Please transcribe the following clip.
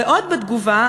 ועוד בתגובה,